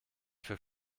für